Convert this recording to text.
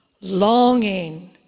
longing